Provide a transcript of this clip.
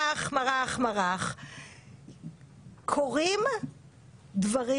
שלמרות שיש לו קורונה הוא עובד כל